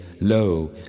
Lo